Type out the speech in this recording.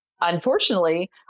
unfortunately